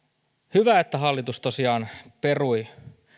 hyvä että hallitus tosiaan perui